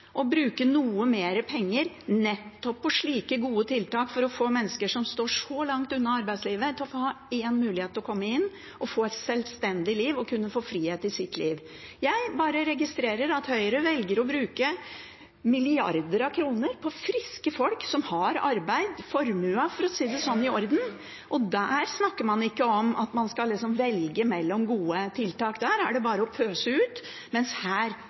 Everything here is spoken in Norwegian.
å bruke noe mer penger på nettopp slike gode tiltak, slik at mennesker som står så langt unna arbeidslivet, får en mulighet til å komme inn, få et sjølstendig liv og få frihet i sitt liv. Jeg bare registrerer at Høyre velger å bruke milliarder av kroner på friske folk som har arbeid og formue – for å si det sånn – i orden. Da snakker man ikke om at man liksom skal velge mellom gode tiltak, da er det bare å pøse ut, mens her